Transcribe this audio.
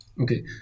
okay